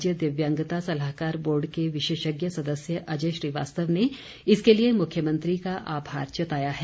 राज्य दिव्यांगता सलाहकार बोर्ड के विशेषज्ञ सदस्य अजय श्रीवास्तव ने इसके लिए मुख्यमंत्री का आभार जताया है